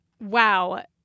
Wow